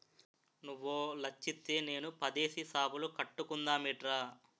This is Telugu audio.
నువ్వో లచ్చిత్తే నేనో పదేసి సాపులు కట్టుకుందమేట్రా